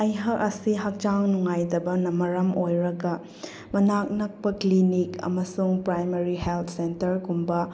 ꯑꯩꯍꯥꯛ ꯑꯁꯤ ꯍꯛꯆꯥꯡ ꯅꯨꯡꯉꯥꯏꯇꯕꯅ ꯃꯔꯝ ꯑꯣꯏꯔꯒ ꯃꯅꯥꯛ ꯅꯛꯄ ꯀ꯭ꯂꯤꯅꯤꯛ ꯑꯃꯁꯨꯡ ꯄ꯭ꯔꯥꯏꯃꯔꯤ ꯍꯦꯜꯠ ꯁꯦꯟꯇꯔꯒꯨꯝꯕ